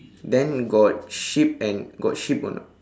then got sheep and got sheep or not